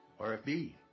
RFB